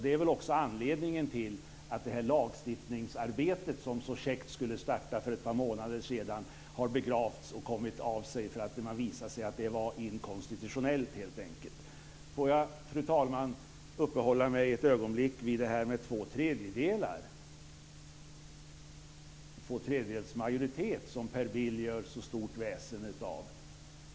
Det är väl också anledningen till att lagstiftningsarbetet, som så käckt skulle ha startat för ett par månader sedan, har begravts och kommit av sig. Det har helt enkelt visat sig vara inkonstitutionellt. Jag vill, fru talman, uppehålla mig ett ögonblick vid detta med tvåtredjedelsmajoritet, som Per Bill gör så stort väsen av.